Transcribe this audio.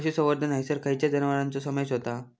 पशुसंवर्धन हैसर खैयच्या जनावरांचो समावेश व्हता?